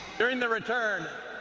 during the return,